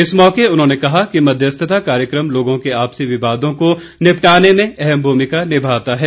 इस मौके उन्होंने कहा कि मध्यस्थता कार्यक्रम लोगों के आपसी विवादों को निपटाने में अहम भूमिका निभाता है